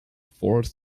fourth